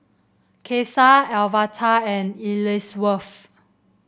Caesar Alverta and Ellsworth